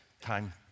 Time